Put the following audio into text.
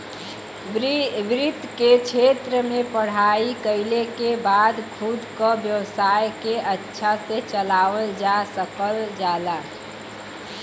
वित्त के क्षेत्र में पढ़ाई कइले के बाद खुद क व्यवसाय के अच्छा से चलावल जा सकल जाला